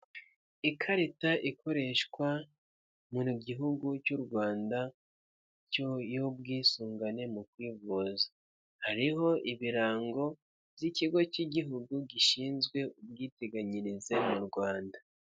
Ikarita ikoreshwa mu gihugu cy'u Rwanda y'ubwisungane mu kwivuza, hariho ibirango by'Ikigo cy'Igihugu gishinzwe ubwiteganyirize mu Rwanda.